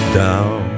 down